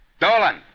Dolan